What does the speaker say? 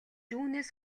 үүнээс